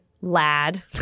lad